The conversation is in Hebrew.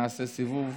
נעשה סיבוב,